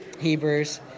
Hebrews